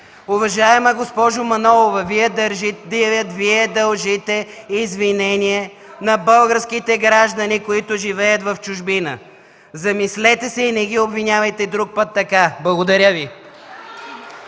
Уважаема госпожо Манолова, Вие дължите извинение на българските граждани, които живеят в чужбина. Замислете се и не ги обвинявайте друг път така! Благодаря Ви.